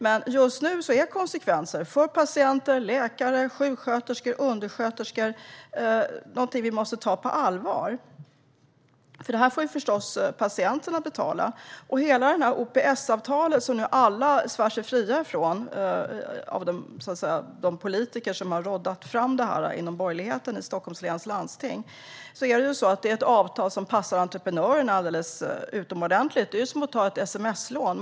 Men just nu är konsekvenserna för patienter, läkare, sjuksköterskor och undersköterskor någonting vi måste ta på allvar. Detta får förstås patienterna betala. Hela det OPS-avtal som alla politiker som har råddat fram det här inom borgerligheten i Stockholms läns landsting nu svär sig fria ifrån är ett avtal som passar entreprenörerna alldeles utomordentligt. Det är som att ta ett sms-lån.